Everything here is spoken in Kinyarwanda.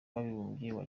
w’abibumbye